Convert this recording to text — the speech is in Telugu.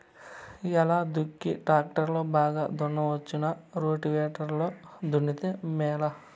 ఎలా దుక్కి టాక్టర్ లో బాగా దున్నవచ్చునా రోటివేటర్ లో దున్నితే మేలా?